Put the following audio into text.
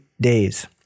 days